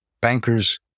bankers